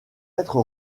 être